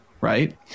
right